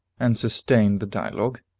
and sustained the dialogue